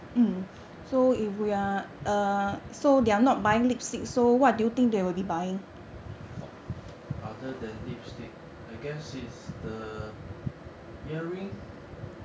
oh other than lipstick I guess is the earring